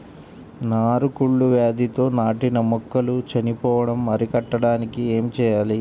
నారు కుళ్ళు వ్యాధితో నాటిన మొక్కలు చనిపోవడం అరికట్టడానికి ఏమి చేయాలి?